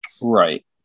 Right